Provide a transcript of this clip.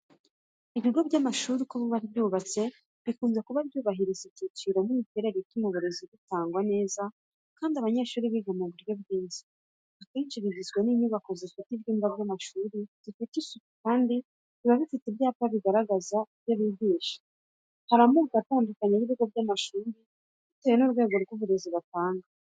Ibigo by’amashuri uko biba byubatse bikunze kuba byubahiriza ibyiciro n’imiterere ituma uburezi butangwa neza kandi abanyeshuri biga mu buryo bwiza. Akenshi bigizwe n’inyubako zifite ibyumba by’amashuri bifite isuku kandi biba bifite n'ibyapa bigaragaza ibyo bigisha. Hari amoko atandukanye y’ibigo by’amashuri bitewe n’urwego rw’uburezi batanga.